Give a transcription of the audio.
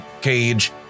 cage